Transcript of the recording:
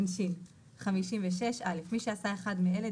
56.עונשין מי שעשה אחד מאלה,